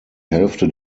hälfte